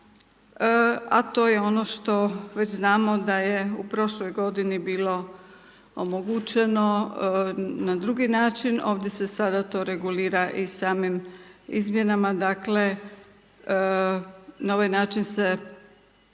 a to je ono što, već znamo da je u prošloj g. bilo omogućeno na drugi način. Ovdje se sada to regulira i samim izmjenama. Dakle, na ovaj način se